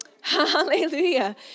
Hallelujah